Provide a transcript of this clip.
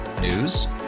News